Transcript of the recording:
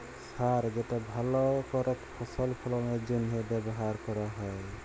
সার যেটা ভাল করেক ফসল ফললের জনহে ব্যবহার হ্যয়